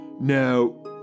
Now